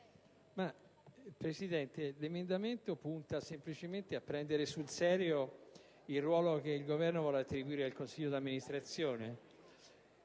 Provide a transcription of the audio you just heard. Presidente, l'emendamento 2.330 punta semplicemente a prendere sul serio il ruolo che il Governo vuole attribuire al consiglio di amministrazione.